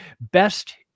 best